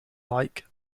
like